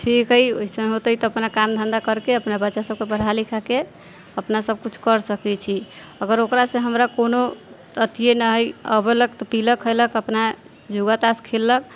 ठीक हइ वइसन होतै तऽ अपना काम धन्धा करिके अपना बच्चा सबके पढ़ा लिखाके अपना सबकुछ करि सकै छी अगर ओकरासँ हमरा कोनो अथिए नहि हइ अबलक तऽ पिलक खइलक अपना जुआ ताश खेललक